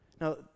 Now